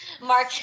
Mark